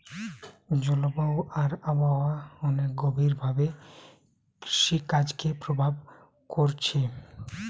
জলবায়ু আর আবহাওয়া অনেক গভীর ভাবে কৃষিকাজকে প্রভাব কোরছে